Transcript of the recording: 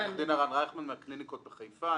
עורך דין הרן רייכמן מהקליניקות בחיפה,